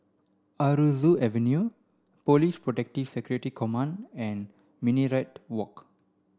Aroozoo Avenue Police Protective Security Command and Minaret Walk